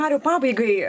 mariau pabaigai